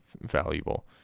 valuable